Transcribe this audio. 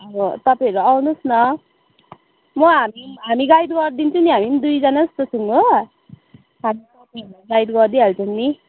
अब तपाईँहरू आउनुहोस् न म हामी हामी गाइड गरिदिन्छौँ नि हामी पनि दुईजना जस्तो छौँ हो हामी तपाईँहरूलाई गाइड गरदिइहाल्छौँ नि